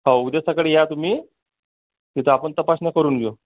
हो उद्या सकाळी या तुम्ही तिथं आपण तपासण्या करून घेऊ